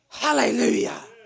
Hallelujah